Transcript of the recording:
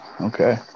okay